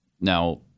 Now